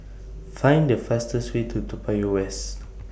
Find The fastest Way to Toa Payoh West